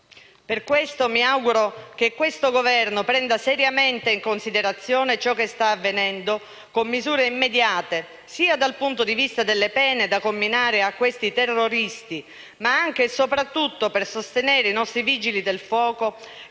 Per questo mi auguro che questo Governo prenda seriamente in considerazione ciò che sta avvenendo con misure immediate, sia dal punto di vista delle pene da comminare a questi terroristi, ma anche e soprattutto per sostenere i nostri Vigili del fuoco,